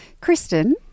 Kristen